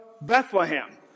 Bethlehem